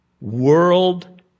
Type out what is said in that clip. World